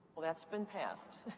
that's been passed.